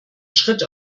schritt